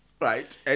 Right